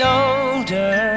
older